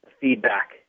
feedback